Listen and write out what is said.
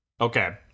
Okay